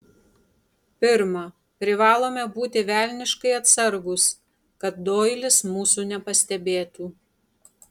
pirma privalome būti velniškai atsargūs kad doilis mūsų nepastebėtų